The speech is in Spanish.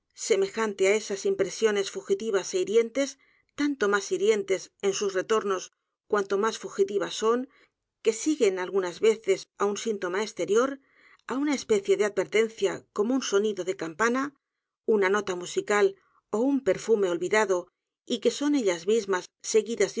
semejante á esas impresiones fugitivas é hirientes tanto más hirientes en sus retornos cuanto más fugitivas son que siguen algunas veces á un síntoma exterior á una especie de advertencia como un sonido de campana una nota musical ó un perfume olvidado y que son ellas mismas seguidas